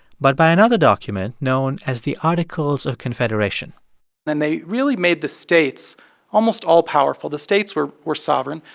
but by another document known as the articles of confederation and they really made the states almost all-powerful. the states were were sovereign.